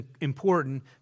important